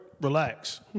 relax